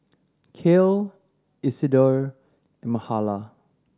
Cale Isidor and Mahala